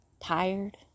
tired